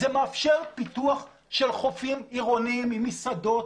זה מאפשר פיתוח של חופים עירוניים עם מסעדות